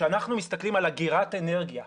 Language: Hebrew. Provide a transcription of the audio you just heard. כשאנחנו מסתכלים על אגירת אנרגיה,